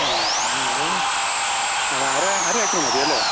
ആ അത് അര അര ഏക്കർ മതി അല്ലേ